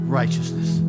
righteousness